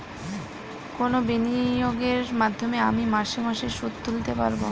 কোন বিনিয়োগের মাধ্যমে আমি মাসে মাসে সুদ তুলতে পারবো?